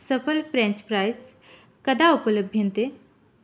सफल् French fries कदा उपलभ्यन्ते